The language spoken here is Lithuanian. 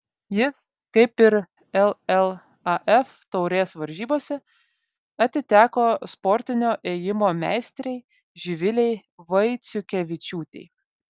jis kaip ir llaf taurės varžybose atiteko sportinio ėjimo meistrei živilei vaiciukevičiūtei